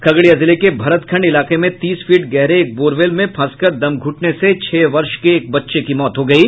खगड़िया जिले के भरतखंड इलाके में तीस फीट गहरे एक बोरवेल में फंसकर दम घुटने से छह वर्ष के एक बच्चे की मौत हो गयी